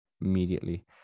immediately